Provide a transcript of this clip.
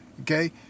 Okay